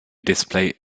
display